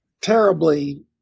terribly